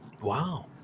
Wow